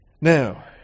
Now